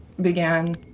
began